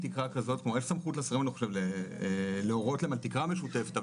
אני בטוחה שחברי הכנסת יכולים לסמוך על שר הבריאות שלא